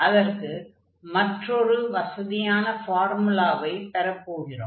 அதற்கு மற்றொரு வசதியான ஃபார்முலாவை பெறப் போகிறோம்